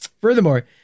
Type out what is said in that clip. Furthermore